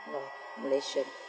no malaysian